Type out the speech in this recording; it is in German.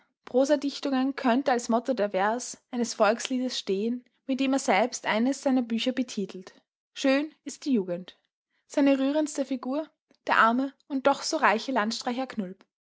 periode könnte als motto der vers eines volksliedes stehen mit dem er selbst eines seiner bücher betitelt schön ist die jugend seine rührendste figur der arme und doch so reiche